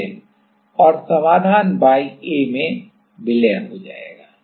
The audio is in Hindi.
और समाधान ya में विलय हो जाएगा